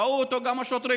ראו אותו גם השוטרים.